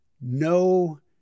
no